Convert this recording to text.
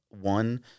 one